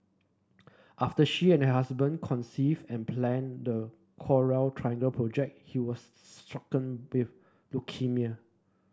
after she and her husband conceived and planned the Coral Triangle project he was stricken with leukaemia